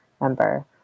member